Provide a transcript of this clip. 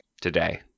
today